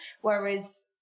Whereas